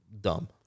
Dumb